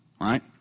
Right